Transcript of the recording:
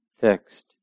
fixed